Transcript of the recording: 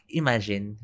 imagine